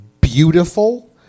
beautiful